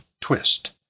twist